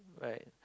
right